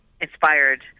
inspired